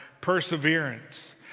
perseverance